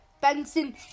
Benson